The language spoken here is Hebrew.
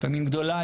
לפעמים גדולה,